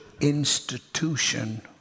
institution